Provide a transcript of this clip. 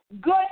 good